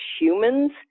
humans